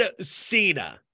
Cena